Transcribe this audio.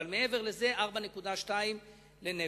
אבל מעבר לזה 4.2 לנפש.